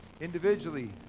individually